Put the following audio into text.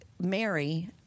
Mary